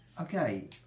Okay